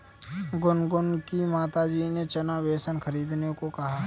गुनगुन की माताजी ने चना बेसन खरीदने को कहा